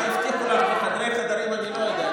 מה שהבטיחו לך בחדרי-חדרים אני לא יודע.